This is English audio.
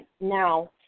now